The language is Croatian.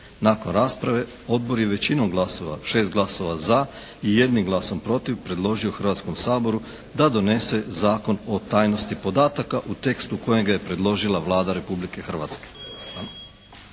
Nakon rasprave odbor je većinom glasova 6 glasova za i jednim glasom protiv predložio Hrvatskom saboru da donese Zakon o tajnosti podataka u tekstu u kojem ga je predložila Vlada Republike Hrvatske.